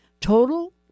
Total